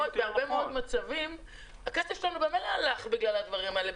בהרבה מאוד מצבים הכסף שלנו ממילא הלך בגלל הדברים האלה,